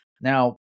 Now